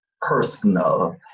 personal